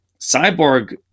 Cyborg